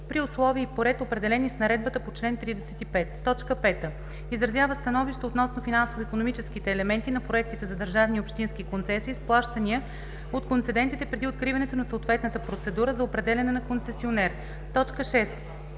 при условия и по ред, определени с наредбата по чл. 35; 5. изразява становище относно финансово-икономическите елементи на проектите за държавни и общински концесии с плащания от концедентите преди откриването на съответната процедура за определяне на концесионер; 6.